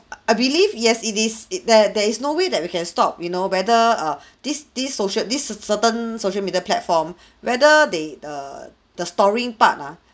err I believe yes it is it there there is no way that we can stop you know whether err these these social this cer~ certain social media platform whether they the the storing part ah